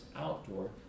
outdoor